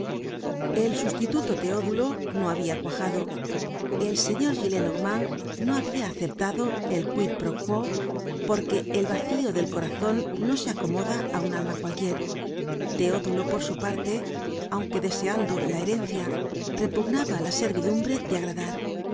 el sustituto teodulo no habia cuajado el señor gillenormand no habia aceptado el quid pro quo porque el vacío del corazon no se acomoda á un alma cualquier teodulo por su parte aunque deseando la herencia repugnaba la servidumbre de agradar el